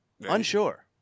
Unsure